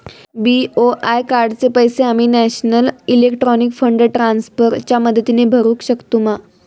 BOI कार्डाचे पैसे आम्ही नेशनल इलेक्ट्रॉनिक फंड ट्रान्स्फर च्या मदतीने भरुक शकतू मा?